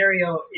scenario